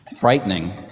frightening